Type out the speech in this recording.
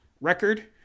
record